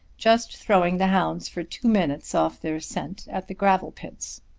just throwing the hounds for two minutes off their scent at the gravel pits.